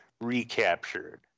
recaptured